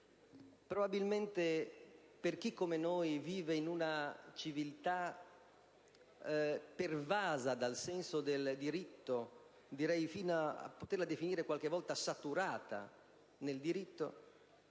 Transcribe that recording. Probabilmente, per chi come noi vive in una civiltà pervasa dal senso del diritto fino a poterla definire qualche volta saturata dallo